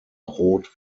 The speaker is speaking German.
roth